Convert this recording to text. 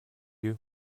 you